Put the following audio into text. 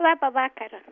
labą vakarą